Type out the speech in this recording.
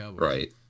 Right